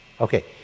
Okay